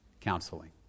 counseling